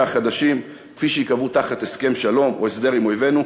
החדשים כפי שייקבעו בהסכם שלום או בהסדר עם אויבינו,